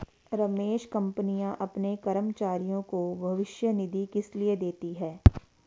रमेश कंपनियां अपने कर्मचारियों को भविष्य निधि किसलिए देती हैं?